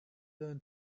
learn